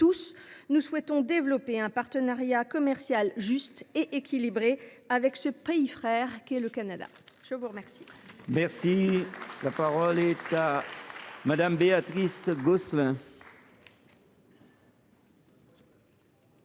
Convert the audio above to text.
mais nous souhaitons tous développer un partenariat commercial juste et équilibré avec ce pays frère qu’est le Canada. Il suffit